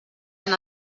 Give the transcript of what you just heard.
han